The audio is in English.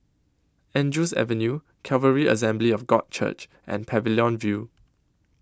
Andrews Avenue Calvary Assembly of God Church and Pavilion View